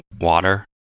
water